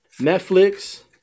Netflix